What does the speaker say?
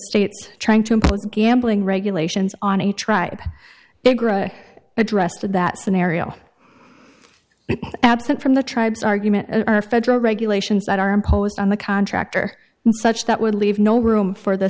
impose gambling regulations on a tribe addressed in that scenario absent from the tribes argument are federal regulations that are imposed on the contractor such that would leave no room for the